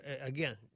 again